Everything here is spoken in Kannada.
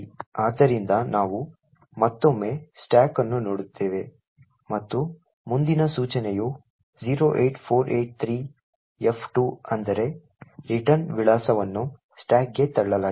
ಆದ್ದರಿಂದ ನಾವು ಮತ್ತೊಮ್ಮೆ ಸ್ಟಾಕ್ ಅನ್ನು ನೋಡುತ್ತೇವೆ ಮತ್ತು ಮುಂದಿನ ಸೂಚನೆಯು 08483f2 ಅಂದರೆ ರಿಟರ್ನ್ ವಿಳಾಸವನ್ನು ಸ್ಟಾಕ್ಗೆ ತಳ್ಳಲಾಗಿದೆ